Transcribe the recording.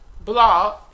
blog